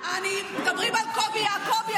--- מדברים על קובי יעקובי,